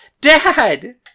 Dad